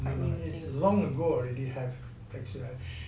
is long ago already have taxi driver